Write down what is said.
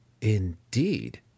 Indeed